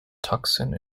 tucson